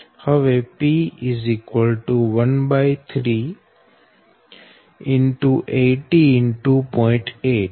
હવે P 13X 80 X 0